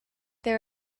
there